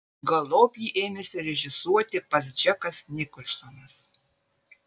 galop jį ėmėsi režisuoti pats džekas nikolsonas